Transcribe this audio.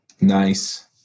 Nice